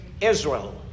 Israel